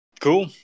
Cool